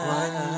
one